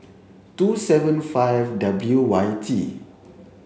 two seven five W Y T